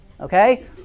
Okay